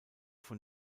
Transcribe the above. von